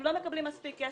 הם לא מקבלים מספיק כסף,